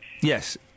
Yes